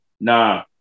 nah